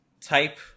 type